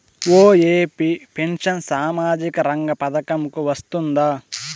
OAP pension సామాజిక రంగ పథకం కు వస్తుందా?